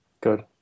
Good